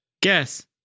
guess